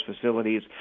facilities